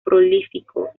prolífico